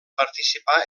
participà